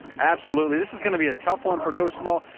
absolutely. this is going be a tough one for coach small.